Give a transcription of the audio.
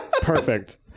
Perfect